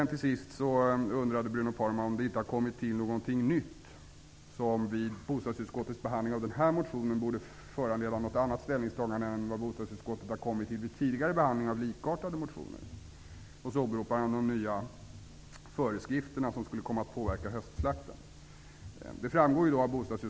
Till sist undrar Bruno Poromaa om det inte har kommit till någonting nytt vid bostadsutskottets behandling av den här motionen som borde föranleda ett annat ställningstagande än vad bostadsutskottet har kommit fram till vid tidigare behandling av likartade motioner. Han åberopar de nya föreskrifter som skulle komma att påverka höstslakten.